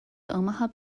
omaha